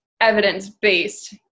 evidence-based